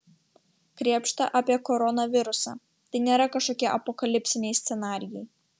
krėpšta apie koronavirusą tai nėra kažkokie apokalipsiniai scenarijai